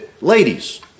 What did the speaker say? Ladies